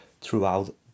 throughout